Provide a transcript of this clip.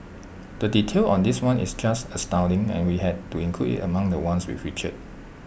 the detail on this one is just astounding and we had to include IT among the ones we featured